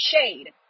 shade